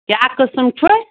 کیٛاہ قٕسٕم چھُے